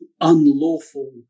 unlawful